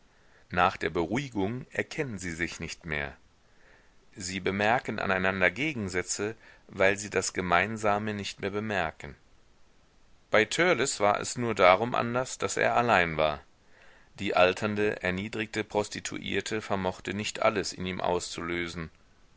nach der beruhigung erkennen sie sich nicht mehr sie bemerken aneinander gegensätze weil sie das gemeinsame nicht mehr bemerken bei törleß war es nur darum anders daß er allein war die alternde erniedrigte prostituierte vermochte nicht alles in ihm auszulösen